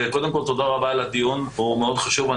קודם כול, תודה רבה על הדיון, הוא מאוד חשוב.